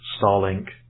Starlink